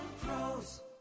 Pros